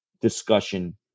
discussion